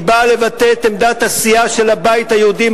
והיא באה לבטא את עמדת הסיעה של הבית היהודי,